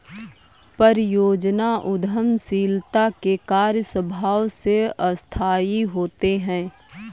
परियोजना उद्यमशीलता के कार्य स्वभाव से अस्थायी होते हैं